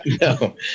No